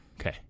okay